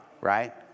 right